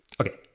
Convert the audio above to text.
okay